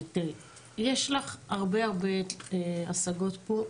יש לך הרבה השגות פה.